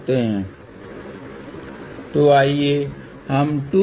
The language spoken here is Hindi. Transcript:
इसलिए आपको यह सुनिश्चित करना होगा कि आप चीजो लिखते रहें